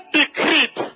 decreed